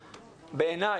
בעיניי,